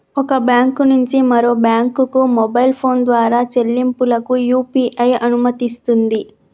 ఒక బ్యాంకు నుంచి మరొక బ్యాంకుకు మొబైల్ ఫోన్ ద్వారా చెల్లింపులకు యూ.పీ.ఐ అనుమతినిస్తుంది